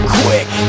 quick